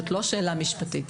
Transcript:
זאת לא שאלה משפטית.